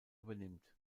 übernimmt